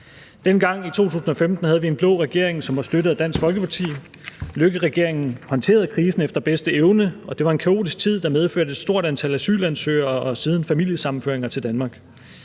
Dengang i 2015 havde vi en blå regering, som var støttet af Dansk Folkeparti. Løkkeregeringen håndterede krisen efter bedste evne, og det var en kaotisk tid, der medførte et stort antal asylansøgere og siden familiesammenføringer til Danmark.